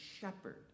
shepherd